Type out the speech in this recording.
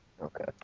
Okay